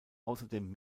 außerdem